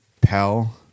Pell